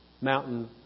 mountain